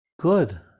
Good